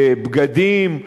שבגדים,